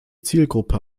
zielgruppe